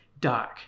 dark